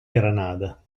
granada